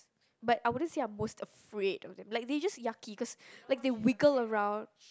but I wouldn't say I'm most afraid of them like they're just yucky because like they wiggle around